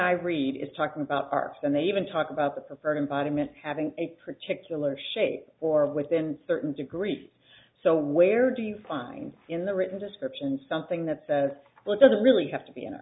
i read is talking about arcs and they even talk about the preferred embodiment having a particular shape or within certain degree so where do you find in the written description something that says well it doesn't really have to be in